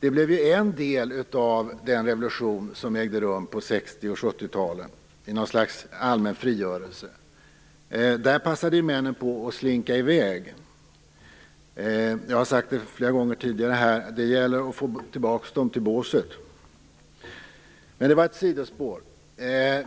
Ett slags allmän frigörelse blev en del av den revolution som ägde rum på 1960 och 1970-talen. Då passade männen på att slinka i väg. Jag har flera gånger tidigare sagt att det gäller att få tillbaks dem till båset. Det var ett sidospår.